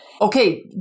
Okay